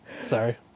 Sorry